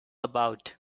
about